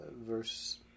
verse